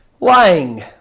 lying